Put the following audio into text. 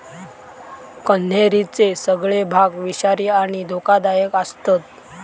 कण्हेरीचे सगळे भाग विषारी आणि धोकादायक आसतत